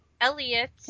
Elliot